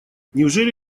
неужели